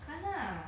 I know lah